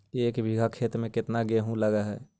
एक बिघा खेत में केतना गेहूं लग है?